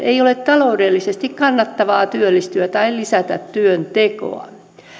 ei ole taloudellisesti kannattavaa työllistyä tai lisätä työntekoa